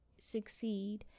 succeed